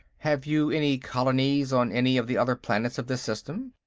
have you any colonies on any of the other planets of this system?